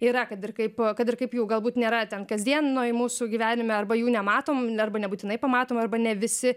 yra kad ir kaip kad ir kaip jų galbūt nėra ten kasdien noi mūsų gyvenime arba jų nematom arba nebūtinai pamatom arba ne visi